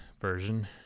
version